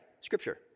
Scripture